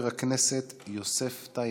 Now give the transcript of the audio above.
1100. יעלה ויבוא חבר הכנסת יוסף טייב.